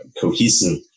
cohesive